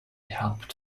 helped